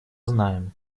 знаем